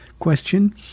question